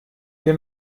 wir